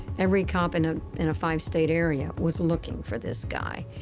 every cop and in a five-state area was looking for this guy.